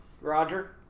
Roger